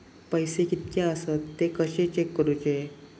पैसे कीतके आसत ते कशे चेक करूचे?